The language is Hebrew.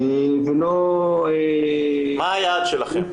ללא -- מה היעד שלכם?